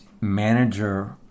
manager